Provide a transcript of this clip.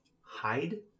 Hide